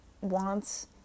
wants